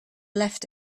left